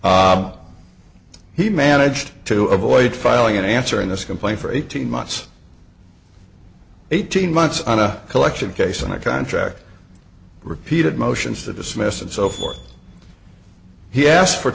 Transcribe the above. he managed to avoid filing an answer in this complaint for eighteen months eighteen months on a collection case and a contract repeated motions to dismiss and so forth he asked for